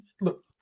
Look